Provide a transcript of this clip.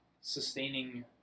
sustaining